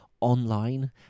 online